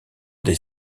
des